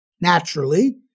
Naturally